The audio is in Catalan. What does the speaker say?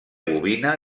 bovina